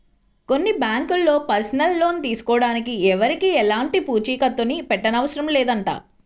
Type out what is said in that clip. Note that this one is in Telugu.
కొన్ని బ్యాంకుల్లో పర్సనల్ లోన్ తీసుకోడానికి ఎవరికీ ఎలాంటి పూచీకత్తుని పెట్టనవసరం లేదంట